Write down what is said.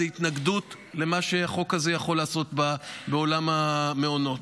התנגדות למה שהחוק הזה יכול לעשות בעולם המעונות,